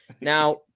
now